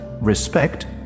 Respect